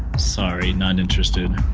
sorry, not interested